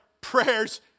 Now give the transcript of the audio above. prayers